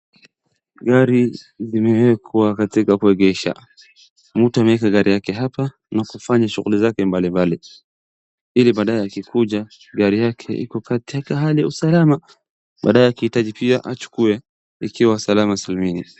Gari limeekwa katika kuegesha. Mtu ameeka gari yake hapa na kufanya shughuli zake mbali mbali ili baadaye akikuja gari yake iko katika hali ya usalama baadaye akihitaji pia aichukue ikiwa salama salmini.